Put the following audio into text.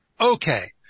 Okay